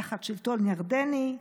תחת שלטון ירדני.